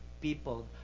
people